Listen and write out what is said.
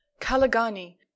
kalagani